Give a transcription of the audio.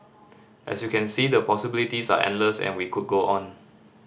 as you can see the possibilities are endless and we could go on